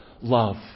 love